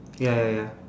ya ya ya